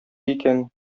икән